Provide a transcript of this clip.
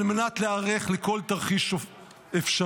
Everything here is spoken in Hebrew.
על מנת להיערך לכל תרחיש אפשרי.